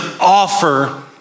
offer